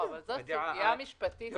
אבל זאת סוגיה משפטית פר אקסלנס.